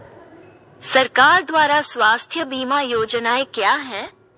सरकार द्वारा स्वास्थ्य बीमा योजनाएं क्या हैं?